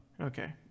Okay